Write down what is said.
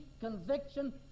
conviction